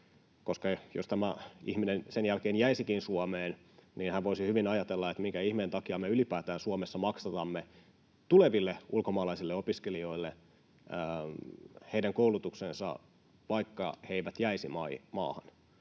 jos tämä ihminen sen jälkeen jäisikin Suomeen, niin hän voisi hyvin ajatella, että minkä ihmeen takia me ylipäätään Suomessa maksamme tuleville ulkomaalaisille opiskelijoille heidän koulutuksensa, vaikka he eivät jäisi maahan.